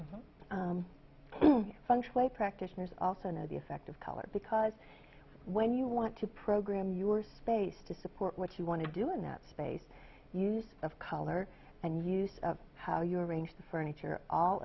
way practitioners also know the effect of color because when you want to program your space to support what you want to do in that space use of color and use of how you arrange the furniture all